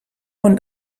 und